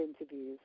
interviews